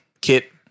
kit